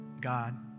God